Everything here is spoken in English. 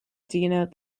denote